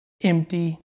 Empty